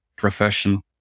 profession